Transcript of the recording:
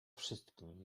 wszystkim